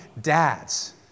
dads